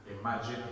Imagine